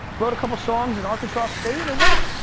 wrote a couple of songs in arkansas state and and went.